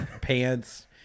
pants